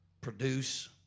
produce